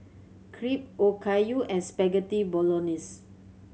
Crepe Okayu and Spaghetti Bolognese